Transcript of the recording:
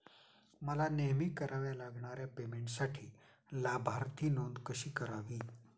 मला नेहमी कराव्या लागणाऱ्या पेमेंटसाठी लाभार्थी नोंद कशी करावी?